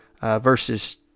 verses